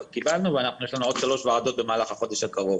ויש לנו עוד שלוש ועדות במהלך החודש הקרוב.